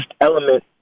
element